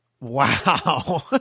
Wow